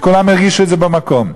וכולם הרגישו את זה במקום.